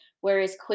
Whereas